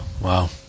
wow